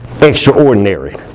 extraordinary